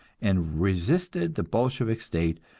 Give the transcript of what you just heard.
and resisted the bolshevik state,